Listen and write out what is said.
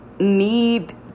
need